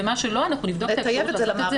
ומה שלא אנחנו נבדוק את האפשרות לעשות את זה.